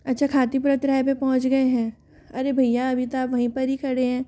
अच्छा खातीपुरा चौराहे पर पहुँच गए हैं अरे भैया अभी तो आप वहीं पर ही खड़े हैं